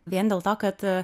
vien dėl to kad